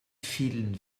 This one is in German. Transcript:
vielen